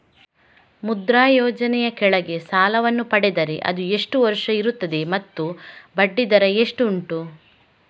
ಮುದ್ರಾ ಯೋಜನೆ ಯ ಕೆಳಗೆ ಸಾಲ ವನ್ನು ಪಡೆದರೆ ಅದು ಎಷ್ಟು ವರುಷ ಇರುತ್ತದೆ ಮತ್ತು ಬಡ್ಡಿ ದರ ಎಷ್ಟು ಉಂಟು?